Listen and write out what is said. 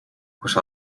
kus